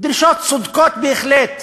דרישות צודקות בהחלט,